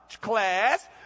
class